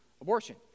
abortion